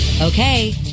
Okay